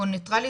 הוא נטרלי,